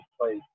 place